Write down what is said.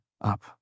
up